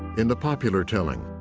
in the popular telling,